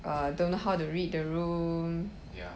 uh don't know how to read the room